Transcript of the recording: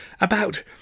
about